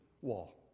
wall